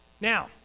Now